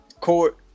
Court